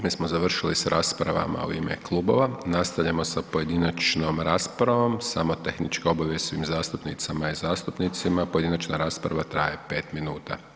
Time smo završili sa raspravama u ime klubova, nastavljamo sa pojedinačnom raspravom, samo tehnička obavijest svim zastupnicama i zastupnicima, pojedinačna rasprava traje 5 minuta.